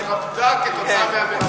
היא התרבתה כתוצאה מהמרבב.